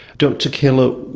dr keller,